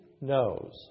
knows